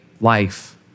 life